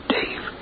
Dave